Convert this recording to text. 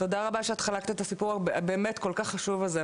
תודה רבה שאת חלקת את הסיפור ה- באמת כל כך חשוב הזה,